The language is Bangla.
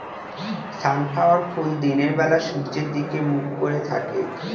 সানফ্ল্যাওয়ার ফুল দিনের বেলা সূর্যের দিকে মুখ করে থাকে